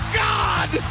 god